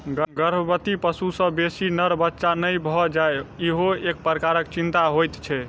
गर्भवती पशु सॅ बेसी नर बच्चा नै भ जाय ईहो एक प्रकारक चिंता होइत छै